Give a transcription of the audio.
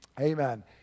Amen